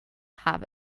half